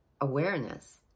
awareness